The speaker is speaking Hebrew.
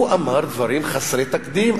הוא אמר דברים חסרי תקדים,